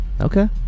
Okay